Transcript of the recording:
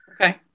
Okay